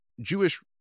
Jewish